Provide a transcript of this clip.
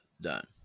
done